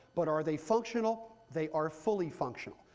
but are they functional? they are fully functional.